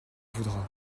voudras